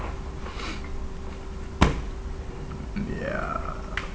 ya